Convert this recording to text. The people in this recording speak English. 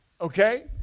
okay